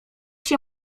się